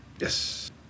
Yes